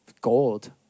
gold